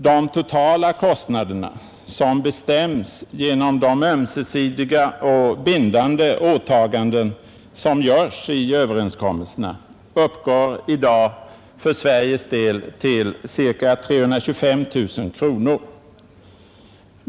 De totala kostnaderna, som bestäms genom de ömsesidiga och bindande åtaganden som görs i överenskommelserna, uppgår i dag för Sveriges del till ca 325 000 kronor.